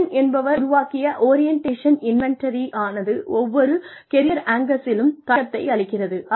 Hsien என்பவர் உருவாக்கிய orientation inventory ஆனது ஒவ்வொரு கெரியர் ஆங்கர்ஸிலும் தாக்கத்தை அளிக்கிறது